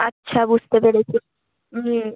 আচ্ছা বুঝতে পেরেছি হুম